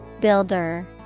Builder